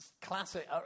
Classic